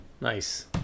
Nice